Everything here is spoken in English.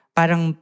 parang